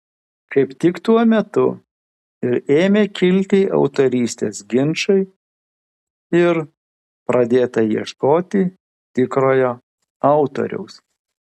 kaip tik tuo metu ir ėmė kilti autorystės ginčai ir pradėta ieškoti tikrojo autoriaus